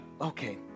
okay